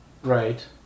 Right